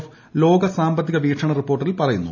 F ലോക സാമ്പത്തിക വീക്ഷണ റിപ്പോർട്ടിൽ പറയുന്നു